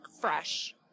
fresh